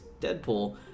Deadpool